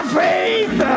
faith